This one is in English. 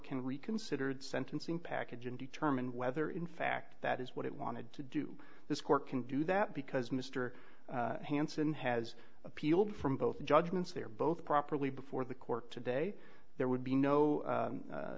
can reconsidered sentencing package and determine whether in fact that is what it wanted to do this court can do that because mr hanson has appealed from both judgments they're both properly before the court today there would be no